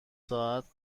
ساعت